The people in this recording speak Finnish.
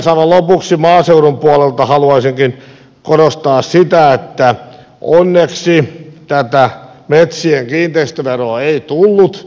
aivan lopuksi maaseudun puolelta haluaisinkin korostaa sitä että onneksi tätä metsien kiinteistöveroa ei tullut